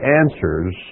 answers